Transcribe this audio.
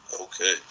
Okay